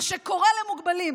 מה שקורה למוגבלים.